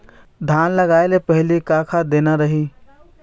धान लगाय के पहली का खाद देना रही?